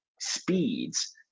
speeds